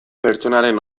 pertsonaren